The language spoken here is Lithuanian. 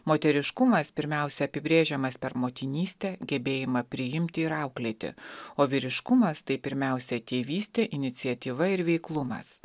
moteriškumas pirmiausia apibrėžiamas per motinystę gebėjimą priimti ir auklėti o vyriškumas tai pirmiausia tėvystė iniciatyva ir veiklumas